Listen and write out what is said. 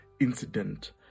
incident